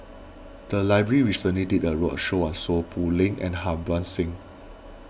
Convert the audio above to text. the library recently did a roadshow on Seow Poh Leng and Harbans Singh